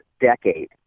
decade